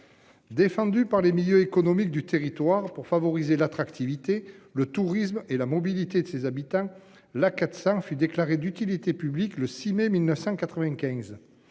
Défendu par les milieux économiques du territoire pour favoriser l'attractivité, le tourisme et la mobilité de ses habitants. La quatre 400 fut déclarée d'utilité publique le 6 mai 1995.